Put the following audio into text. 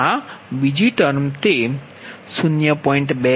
અને આ બીજી ટર્મ તે 0